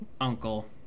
uncle